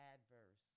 Adverse